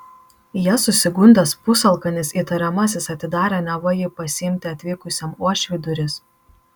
ja susigundęs pusalkanis įtariamasis atidarė neva jį pasiimti atvykusiam uošviui duris